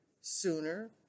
sooner